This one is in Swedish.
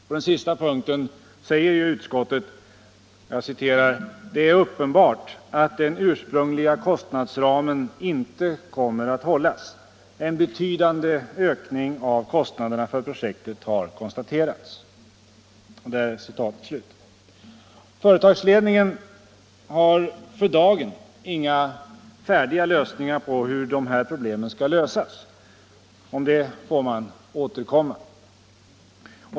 På sistnämnda punkt säger utskottet: ”Det är uppenbart att den ursprungliga kostnadsramen inte kommer att hållas. En betydande ökning av kostnaderna för projektet har konstaterats.” Företagsledningen har för dagen inga färdiga förslag till hur de här problemen skall lösas. Till det får man återkomma.